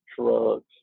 drugs